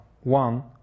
one